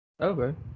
Okay